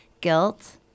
Guilt